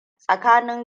tsakanin